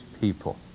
people